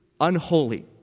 unholy